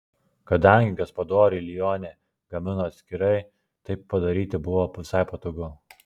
kadangi gaspadoriui lionė gamino atskirai taip padaryti buvo visai patogu